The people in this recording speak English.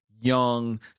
young